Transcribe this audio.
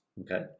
Okay